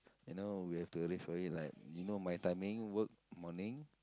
you know we have to arrange for it like you know my timing work morning